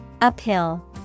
Uphill